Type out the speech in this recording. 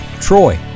Troy